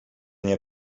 nie